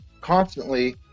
constantly